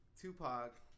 Tupac